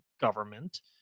government